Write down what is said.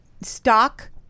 stock